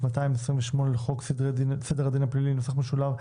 228 לחוק סדר הדין הפלילי (נוסח משולב),